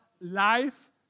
Life